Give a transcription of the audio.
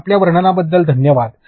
तर आपल्या वर्णनाबद्दल धन्यवाद